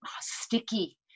sticky